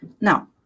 Now